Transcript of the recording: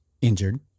injured